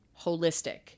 holistic